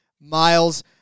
miles